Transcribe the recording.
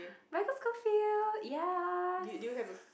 Michael-Scofield yes